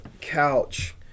couch